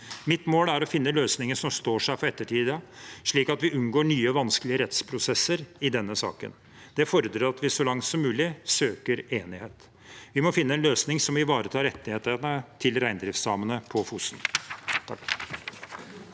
Mitt mål er å finne løsninger som står seg for ettertiden, slik at vi unngår nye vanskelige rettsprosesser i denne saken. Det fordrer at vi så langt som mulig søker enighet. Vi må finne en løsning som ivaretar rettighetene til reindriftssamene på Fosen.